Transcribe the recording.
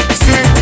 see